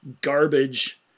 garbage